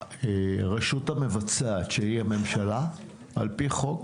הרשות המבצעת, שהיא הממשלה על פי חוק,